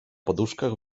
poduszkach